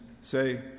Say